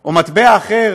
או מטבע אחר